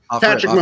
Patrick